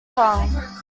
tongue